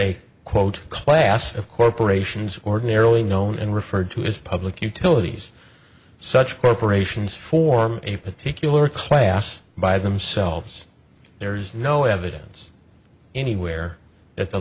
a quote class of corporations ordinarily known and referred to as public utilities such corporations form a particular class by themselves there is no evidence anywhere at the